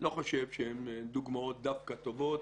אני לא חושב שהן דווקא דוגמאות טובות.